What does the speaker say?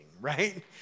right